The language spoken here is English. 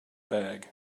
bag